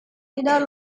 tidak